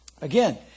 again